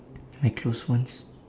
my close ones